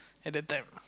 at that time